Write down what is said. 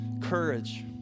courage